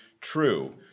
true